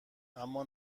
اما